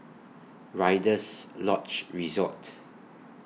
Rider's Lodge Resort